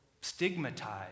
stigmatized